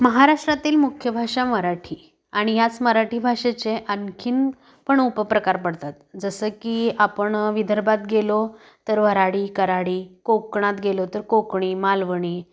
महाराष्ट्रातील मुख्य भाषा मराठी आणि याच मराठी भाषेचे आणखीन पण उपप्रकार पडतात जसं की आपण विदर्भात गेलो तर वराडी कराडी कोकणात गेलो तर कोकणी मालवणी